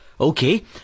Okay